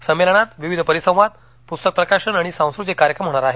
संमेलनात विविध परिसंवाद पुस्तक प्रकाशन आणि सांस्कृतिक कार्यक्रम होणार आहेत